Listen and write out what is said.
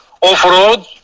off-road